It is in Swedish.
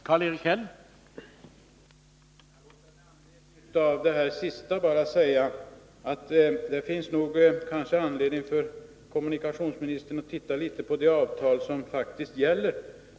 Herr talman! Låt mig med anledning av det kommunikationsministern nämnde sist säga att det nog finns anledning att titta på det avtal som faktiskt gäller.